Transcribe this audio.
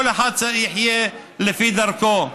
כל אחד יחיה לפי דרכו.